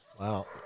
Wow